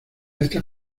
estas